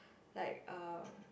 like uh